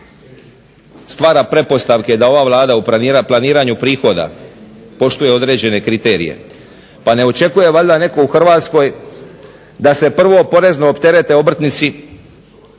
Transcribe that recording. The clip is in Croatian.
stvara pretpostavke da ova Vlada u planiranju prihoda poštuje određene kriterije. Pa ne očekuje valjda netko u Hrvatskoj da se prvo porezno opterete obrtnici